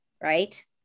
right